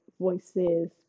voices